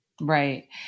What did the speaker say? Right